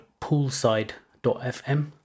Poolside.fm